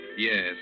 Yes